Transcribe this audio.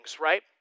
right